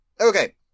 Okay